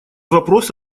вопрос